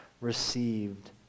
received